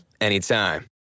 anytime